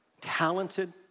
Talented